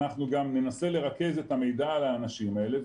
אנחנו גם ננסה לרכז את המידע על האנשים האלה,